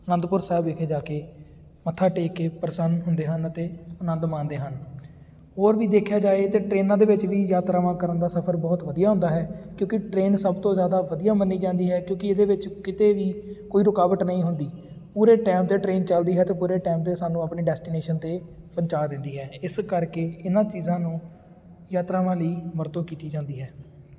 ਅਨੰਦਪੁਰ ਸਾਹਿਬ ਵਿਖੇ ਜਾ ਕੇ ਮੱਥਾ ਟੇਕ ਕੇ ਪ੍ਰਸੰਨ ਹੁੰਦੇ ਹਨ ਅਤੇ ਆਨੰਦ ਮਾਣਦੇ ਹਨ ਹੋਰ ਵੀ ਦੇਖਿਆ ਜਾਏ ਤਾਂ ਟਰੇਨਾਂ ਦੇ ਵਿੱਚ ਵੀ ਯਾਤਰਾਵਾਂ ਕਰਨ ਦਾ ਸਫਰ ਬਹੁਤ ਵਧੀਆ ਹੁੰਦਾ ਹੈ ਕਿਉਂਕਿ ਟਰੇਨ ਸਭ ਤੋਂ ਜ਼ਿਆਦਾ ਵਧੀਆ ਮੰਨੀ ਜਾਂਦੀ ਹੈ ਕਿਉਂਕਿ ਇਹਦੇ ਵਿੱਚ ਕਿਤੇ ਵੀ ਕੋਈ ਰੁਕਾਵਟ ਨਹੀਂ ਹੁੰਦੀ ਪੂਰੇ ਟਾਇਮ 'ਤੇ ਟਰੇਨ ਚੱਲਦੀ ਹੈ ਅਤੇ ਪੂਰੇ ਟਾਇਮ 'ਤੇ ਸਾਨੂੰ ਆਪਣੀ ਡੈਸਟੀਨੇਸ਼ਨ 'ਤੇ ਪਹੁੰਚਾ ਦਿੰਦੀ ਹੈ ਇਸ ਕਰਕੇ ਇਹਨਾਂ ਚੀਜ਼ਾਂ ਨੂੰ ਯਾਤਰਾਵਾਂ ਲਈ ਵਰਤੋਂ ਕੀਤੀ ਜਾਂਦੀ ਹੈ